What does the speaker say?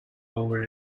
over